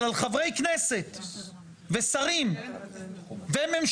אבל על חברי כנסת ושרים וממשלה,